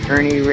Ernie